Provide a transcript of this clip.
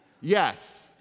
Yes